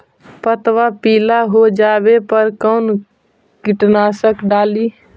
पतबा पिला हो जाबे पर कौन कीटनाशक डाली?